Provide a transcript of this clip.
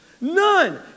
None